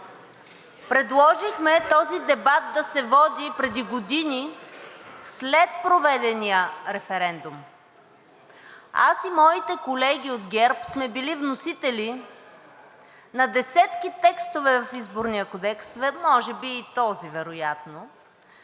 предложихме този дебат да се води преди години след проведения референдум. Аз и моите колеги от ГЕРБ сме били вносители на десетки текстове в Изборния кодекс, може би и в този вероятно,